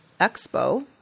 Expo